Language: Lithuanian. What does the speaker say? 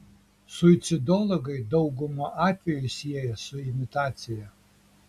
suicidologai daugumą atvejų sieja su imitacija